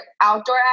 outdoor